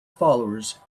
followers